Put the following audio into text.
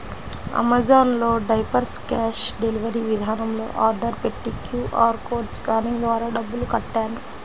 Amazon లో diapers cash delivery విధానంలో order పెట్టి క్యూ.ఆర్ కోడ్ స్కానింగ్ ద్వారా డబ్బులు కట్టాను